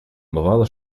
бывало